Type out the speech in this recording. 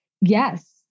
Yes